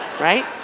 right